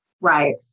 Right